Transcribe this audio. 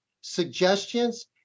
suggestions